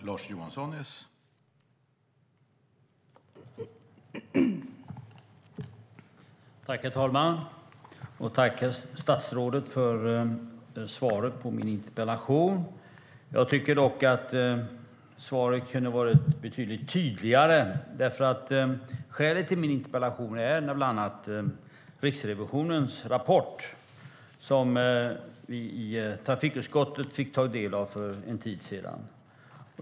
Herr talman! Jag tackar statsrådet för svaret på min interpellation. Jag tycker dock att svaret kunde ha varit betydligt tydligare. Skälet till min interpellation är bland annat Riksrevisionens rapport, som vi i trafikutskottet fick ta del av för en tid sedan.